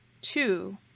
two